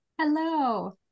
hello